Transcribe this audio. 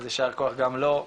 אז יישר כוח גם לו,